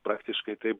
praktiškai taip